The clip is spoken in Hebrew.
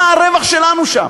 מה הרווח שלנו שם,